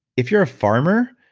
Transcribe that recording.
if you're a farmer,